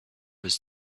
was